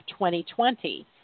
2020